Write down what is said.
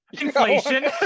inflation